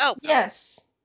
Yes